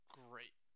great